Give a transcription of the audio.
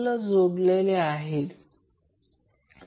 हा एक छोटासा एक्सरसाईज् आहे